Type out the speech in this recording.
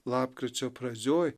lapkričio pradžioj